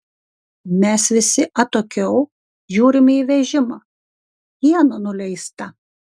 mes visi atokiau žiūrime į vežimą iena nuleista